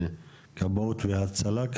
כבאות והצלה.